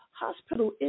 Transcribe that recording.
Hospital